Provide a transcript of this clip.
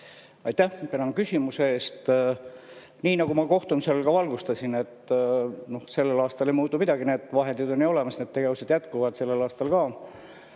Aitäh küsimuse eest! Nii nagu ma kohtumisel ka valgustasin, siis sellel aastal ei muutu midagi, vahendid on olemas, need tegevused jätkuvad ka sellel aastal.